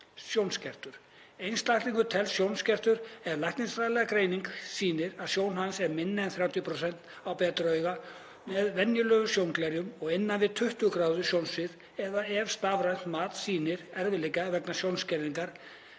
Sjónskertur: Einstaklingur telst sjónskertur ef læknisfræðileg greining sýnir að sjón hans er minni en 30% á betra auga, með venjulegum sjónglerjum, og innan við 20 gráðu sjónsvið, eða ef stafrænt mat sýnir erfiðleika vegna sjónskerðingar